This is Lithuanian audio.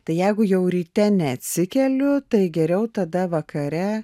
tai jeigu jau ryte neatsikeliu tai geriau tada vakare